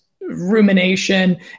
rumination